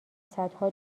صدها